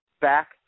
back